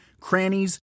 crannies